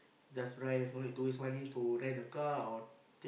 just drive no need to waste money to rent a car or